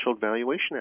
valuation